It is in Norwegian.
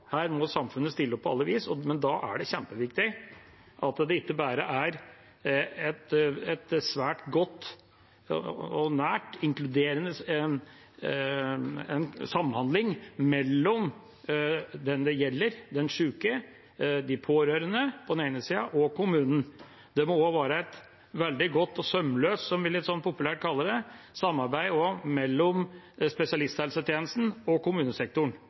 Her må samfunnet stille opp på alle vis, men da er det kjempeviktig at det ikke bare er svært god, nær og inkluderende samhandling mellom dem det gjelder, den sjuke og de pårørende på den ene siden og kommunen på den andre. Det må også være et veldig godt og sømløst – som vi litt sånn populært kaller det – samarbeid mellom spesialisthelsetjenesten og kommunesektoren,